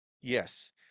Yes